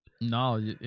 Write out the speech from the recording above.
no